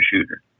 shooter